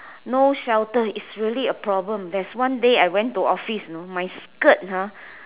no shelter is really a problem there's one day I went to office know my skirt ah